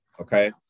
okay